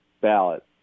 ballot